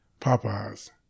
Popeyes